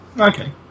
Okay